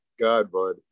Godbud